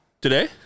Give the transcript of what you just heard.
today